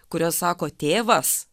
kurios sako tėvas